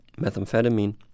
methamphetamine